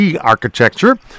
architecture